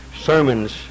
sermons